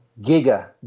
giga